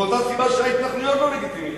מאותה סיבה שההתנחלויות לא לגיטימיות.